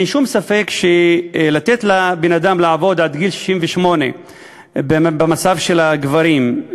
אין שום ספק שלתת לבן-אדם לעבוד עד גיל 68 במצב של הגברים,